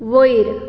वयर